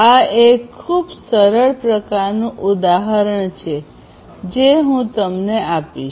આ એક ખૂબ સરળ પ્રકારનું ઉદાહરણ છે જે હું તમને આપીશ